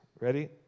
Ready